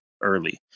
early